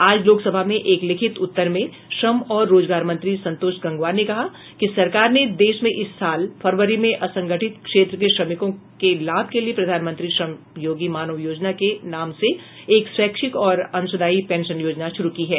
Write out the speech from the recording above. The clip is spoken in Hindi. आज लोकसभा में एक लिखित उत्तर में श्रम और रोजगार मंत्री संतोष गंगवार ने कहा कि सरकार ने देश में इस साल फरवरी में असंगठित क्षेत्र के श्रमिकों के लाभ के लिए प्रधान मंत्री श्रम योगी मानधन योजना के नाम से एक स्वैच्छिक और अंशदायी पेंशन योजना शुरू की है